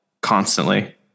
constantly